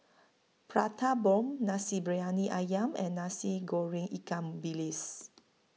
Prata Bomb Nasi Briyani Ayam and Nasi Goreng Ikan Bilis